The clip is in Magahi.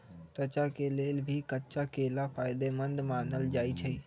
त्वचा के लेल भी कच्चा केला फायेदेमंद मानल जाई छई